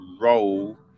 role